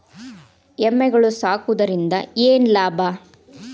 ಎಮ್ಮಿಗಳು ಸಾಕುವುದರಿಂದ ಏನು ಲಾಭ?